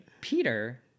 Peter